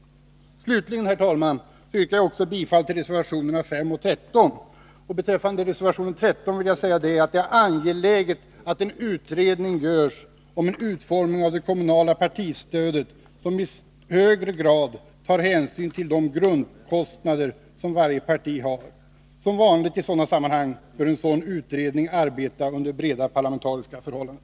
Slutligen, herr talman, yrkar jag bifall till reservationerna 5 och 13. Beträffande reservation 13 vill jag säga att det är angeläget att utredning görs om en utformning av det kommunala partistödet som i högre grad tar hänsyn till de grundkostnader som varje parti har. Som vanligt i sådana sammanhang bör en sådan utredning arbeta under breda parlamentariska förhållanden.